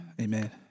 Amen